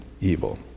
evil